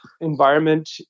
environment